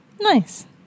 Nice